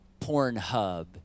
Pornhub